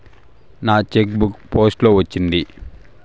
నా check book post లో వచ్చింది